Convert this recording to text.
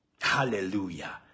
Hallelujah